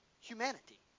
Humanity